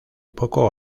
poco